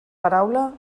paraula